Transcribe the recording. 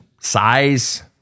size